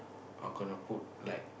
I gonna put like